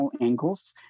angles